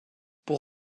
pour